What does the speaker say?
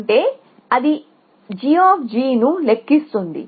అంటే అది g ను లెక్కిస్తుంది